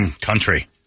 country